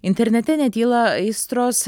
internete netyla aistros